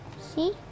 See